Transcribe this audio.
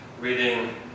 reading